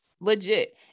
legit